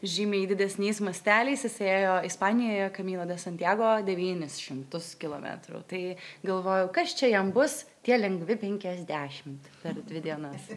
žymiai didesniais masteliais jisai ėjo ispanijoje kamino de santjago devynis šimtus kilometrų tai galvojau kas čia jam bus tie lengvi penkiasdešimt per dvi dienas